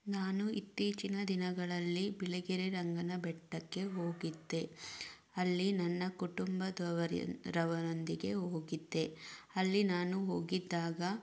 ನಾನು ಇತ್ತೀಚಿನ ದಿನಗಳಲ್ಲಿ ಬಿಳೆಗೆರೆ ರಂಗನ ಬೆಟ್ಟಕ್ಕೆ ಹೋಗಿದ್ದೆ ಅಲ್ಲಿ ನನ್ನ ಕುಟುಂಬದವರೊಂದಿಗೆ ಹೋಗಿದ್ದೆ ಅಲ್ಲಿ ನಾನು ಹೋಗಿದ್ದಾಗ